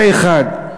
זה, אחד.